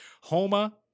Homa